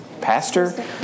pastor